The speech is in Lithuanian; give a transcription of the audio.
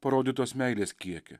parodytos meilės kiekį